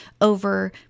over